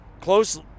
close